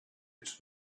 its